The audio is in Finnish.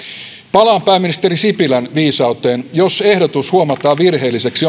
palaan pääministeri sipilän viisauteen jos ehdotus huomataan virheelliseksi